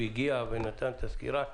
והגיע ונתן סקירה.